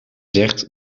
zegt